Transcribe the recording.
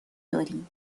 دارید